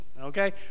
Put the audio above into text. Okay